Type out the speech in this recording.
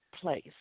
place